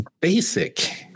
basic